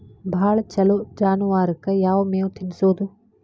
ಭಾಳ ಛಲೋ ಜಾನುವಾರಕ್ ಯಾವ್ ಮೇವ್ ತಿನ್ನಸೋದು?